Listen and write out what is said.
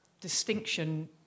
distinction